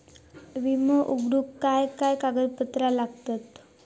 विमो उघडूक काय काय कागदपत्र लागतत?